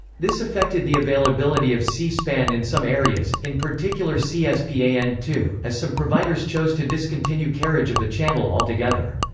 this affected the availability of c-span in some areas, in particular c s p a n two, as some providers chose to discontinue carriage of the channel altogether.